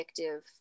addictive